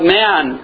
man